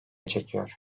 çekiyor